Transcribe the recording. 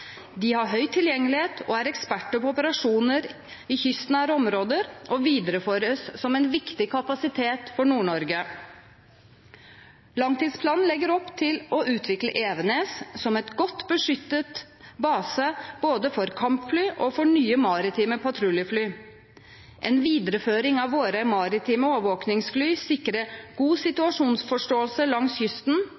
De har høy tilgjengelighet, er eksperter på operasjoner i kystnære områder og videreføres som en viktig kapasitet for Nord-Norge. Langtidsplanen legger opp til å utvikle Evenes som en godt beskyttet base både for kampfly og for nye maritime patruljefly. En videreføring av våre maritime overvåkingsfly sikrer god